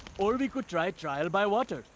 or we could try trial by water.